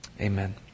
Amen